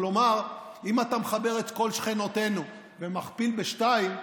כלומר, אם אתה מחבר את כל שכנותינו ומכפיל בשניים,